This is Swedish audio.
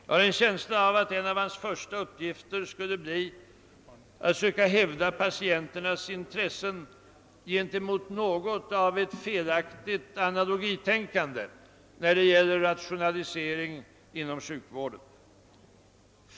Jag har en känsla av att en av hans första upp gifter skulle bli att söka hävda patienternas intressen gentemot ett felaktigt analogitänkade när det gäller rationalisering inom sjukvården.